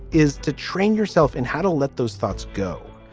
is to train yourself in how to let those thoughts go.